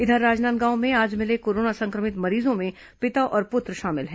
इधर राजनांदगांव में आज मिले कोरोना सं क्र मित मरीजों में पिता और पुत्र शामिल हैं